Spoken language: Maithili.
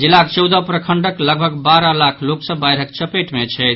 जिलाक चौदह प्रखंडक लगभग बारह लाख लोकसभ बाढ़िक चपेट मे छथि